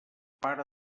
pare